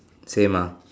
same ah